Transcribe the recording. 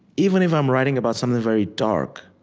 even if i'm writing about something very dark,